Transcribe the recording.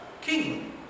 king